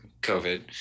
COVID